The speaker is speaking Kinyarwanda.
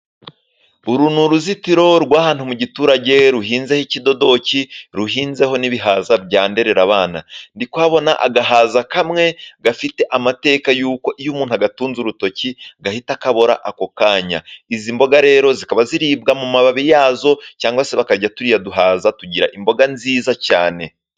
Uru ni uruzitiro rw'ahantu mu giturage ruhinzeho ikidodoki ,ruhinzeho n'ibihaza byanderera abana. Ndikuhabona agahaza kamwe gafite amateka yuko iyo umuntu agatunze urutoki gahita kabora ako kanya. Izi mboga rero zikaba ziribwa mu mababi yazo cyangwa se bakarya turiya duhaza ,tugira imboga nziza cyane.